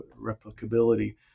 replicability